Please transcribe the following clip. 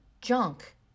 junk